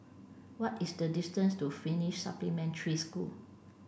what is the distance to Finnish Supplementary School